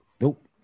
Nope